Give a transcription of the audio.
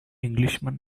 englishman